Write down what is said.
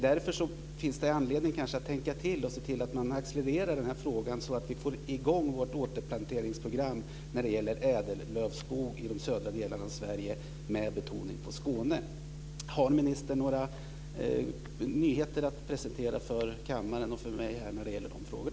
Därför finns det kanske anledning att tänka till och se till att man accelererar den här frågan så att vi får i gång vårt återplanteringsprogram när det gäller ädellövskog i de södra delarna av Sverige med betoning på Skåne. Har ministern några nyheter att presentera för kammaren och för mig i dessa frågor?